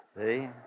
see